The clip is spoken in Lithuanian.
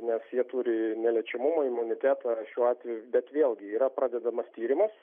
nes jie turi neliečiamumo imunitetą šiuo atveju bet vėlgi yra pradedamas tyrimas